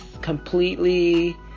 completely